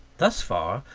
thus far,